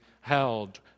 held